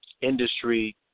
industry